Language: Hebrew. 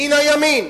מן הימין,